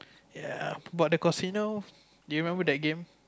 ya but the casino do you remember that game